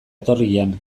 etorrian